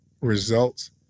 results